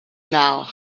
now